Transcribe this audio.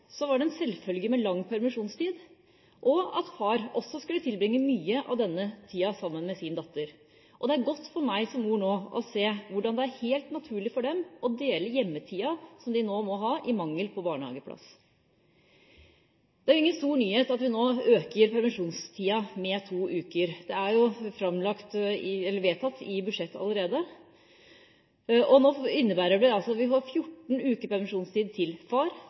var det en selvfølge med lang permisjonstid og at far også skulle tilbringe mye av denne tida sammen med sin datter. Det er godt for meg som mor nå å se hvordan det er helt naturlig for dem å dele hjemmetida, som de nå må ha, i mangel på barnehageplass. Det er ingen stor nyhet at vi nå øker permisjonstida med to uker. Det er allerede vedtatt i budsjettet. Det innebærer at man får 14 uker til far og 14 ukers permisjonstid til mor. Så er det resterende 18 eller 28 uker